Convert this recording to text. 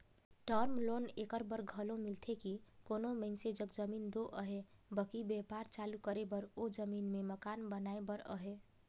term loan एकर बर घलो मिलथे कि कोनो मइनसे जग जमीन दो अहे बकि बयपार चालू करे बर ओ जमीन में मकान बनाए बर अहे